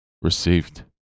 Received